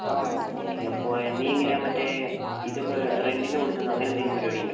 ആ ഓക്കേ അപ്പോൾ നീ എങ്ങനാണ് മറ്റേ ഇതൊക്കേ റെൻറ്റിന് കൊടുക്കുന്നത് അങ്ങനേ എന്തേലും പരിപാടിയുണ്ടോ